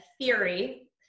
theory